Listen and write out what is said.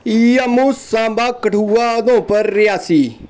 Jammu Samba Kathua Udhampur Reasi